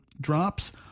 drops